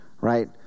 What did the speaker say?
Right